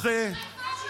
הוא, רפורמה רעה, תודה רבה.